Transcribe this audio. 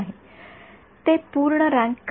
आणि ते पूर्ण रँक का नाही